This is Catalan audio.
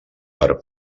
per